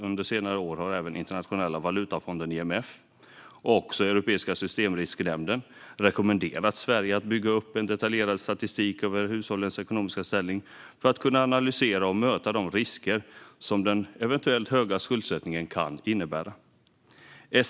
Under senare år har även Internationella valutafonden, IMF, och Europeiska systemrisknämnden rekommenderat Sverige att bygga upp detaljerad statistik över hushållens ekonomiska ställning för att kunna analysera och möta de risker som den höga skuldsättningen kan innebära.